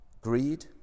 Greed